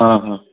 आं हां